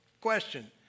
question